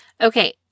Okay